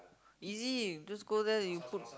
easy just go there then you put